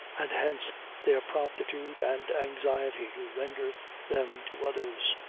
and hence their promptitude and anxiety to render them to others.